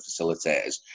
facilitators